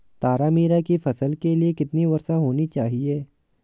तारामीरा की फसल के लिए कितनी वर्षा होनी चाहिए?